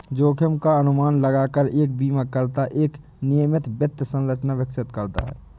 जोखिम का अनुमान लगाकर एक बीमाकर्ता एक नियमित वित्त संरचना विकसित करता है